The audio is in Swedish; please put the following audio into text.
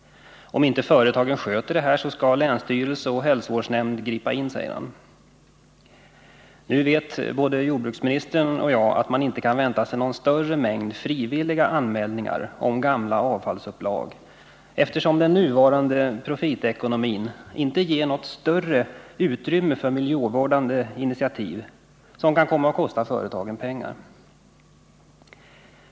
Om inte företagen uppfyller sina förpliktelser skall länsstyrelser och hälsovårds-' nämnd gripa in, säger han. Nu vet både jordbruksministern och jag att man inte kan vänta sig någon större mängd frivilliga anmälningar om gamla avfallsupplag, eftersom den nuvarande profitekonomin inte ger något större utrymme för miljövårdande initiativ som kan komma att kosta företagen pengar.